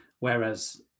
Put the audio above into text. Whereas